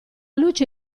luce